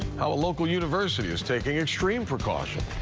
how a local university is taking extreme precaution.